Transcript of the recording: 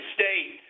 State